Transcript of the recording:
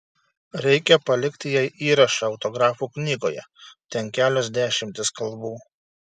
reikia palikti jai įrašą autografų knygoje ten kelios dešimtys kalbų